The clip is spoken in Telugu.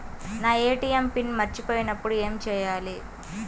నా ఏ.టీ.ఎం పిన్ మరచిపోయినప్పుడు ఏమి చేయాలి?